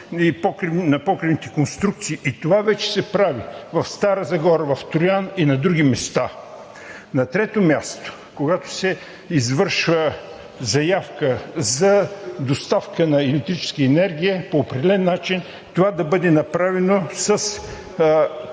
на покривните конструкции. Това вече се прави в Стара Загора, в Троян и на други места. На трето място, когато се извършва заявка за доставка на електрическа енергия по определен начин това да бъде направено с